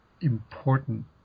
important